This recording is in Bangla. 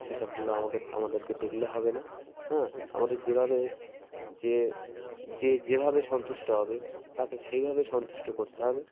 সেসবগুলো আমাকে আমাদেরকে দেখলে হবে না হ্যাঁ আমাদের যেভাবে যে যে যেভাবে সন্তুষ্ট হবে তাকে সেইভাবে সন্তুষ্ট করতে হবে